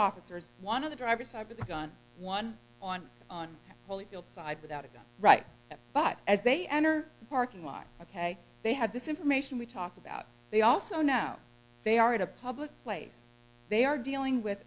officers one of the drivers of the gun one on on holyfield side without a right but as they enter the parking lot a k they had this information we talk about they also know they are at a public place they are dealing with